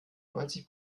neunzig